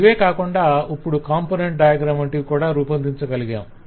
ఇవే కాకుండా ఇప్పుడు కాంపొనెంట్ డయాగ్రం వంటివి కూడా రూపొందించగలిగాము